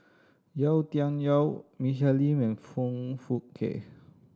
Yau Tian Yau Michelle Lim and Foong Fook Kay